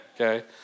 Okay